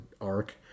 arc